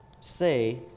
say